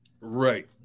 right